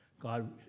God